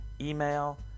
email